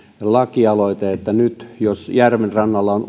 lakialoite että aikaisemmin jos järvenrannalla on